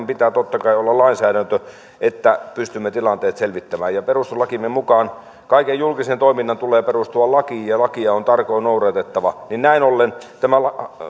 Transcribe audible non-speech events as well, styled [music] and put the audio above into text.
[unintelligible] pitää totta kai olla lainsäädäntö että pystymme tilanteet selvittämään perustuslakimme mukaan kaiken julkisen toiminnan tulee perustua lakiin ja lakia on tarkoin noudatettava näin ollen tämä